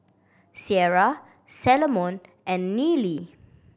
Ciera Salomon and Nealie